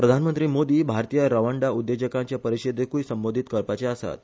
प्रधानमंत्री मोदी भारतीय रवांडा उद्देजकांचे परिषदेक्य संबोधीत करपाचे आसात